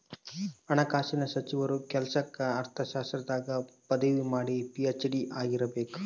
ಹಣಕಾಸಿನ ಸಚಿವರ ಕೆಲ್ಸಕ್ಕ ಅರ್ಥಶಾಸ್ತ್ರದಾಗ ಪದವಿ ಮಾಡಿ ಪಿ.ಹೆಚ್.ಡಿ ಆಗಿರಬೇಕು